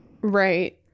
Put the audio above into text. right